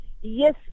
Yes